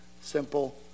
simple